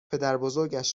پدربزرگش